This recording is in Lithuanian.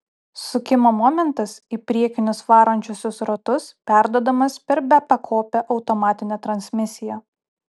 sukimo momentas į priekinius varančiuosius ratus perduodamas per bepakopę automatinę transmisiją